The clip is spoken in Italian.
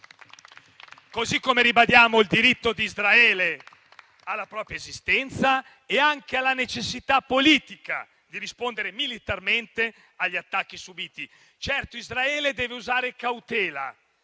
Così come ribadiamo il diritto di Israele alla propria esistenza e anche alla necessità politica di rispondere militarmente agli attacchi subiti. Certo, Israele deve usare cautela.